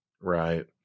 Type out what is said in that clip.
right